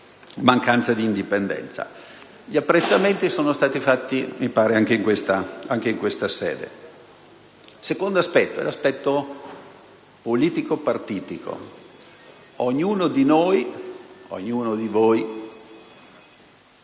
mancanza di indipendenza. Gli apprezzamenti sono stati fatti, mi sembra, anche in questa sede. L'altro livello è quello politico‑partitico. Ognuno di noi, ognuno di voi,